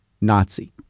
Nazi